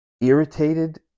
irritated